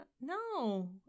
No